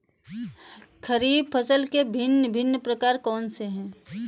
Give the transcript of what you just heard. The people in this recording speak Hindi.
खरीब फसल के भिन भिन प्रकार कौन से हैं?